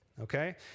Okay